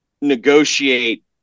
negotiate